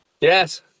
Yes